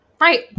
Right